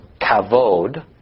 Kavod